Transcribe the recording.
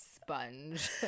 sponge